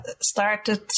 started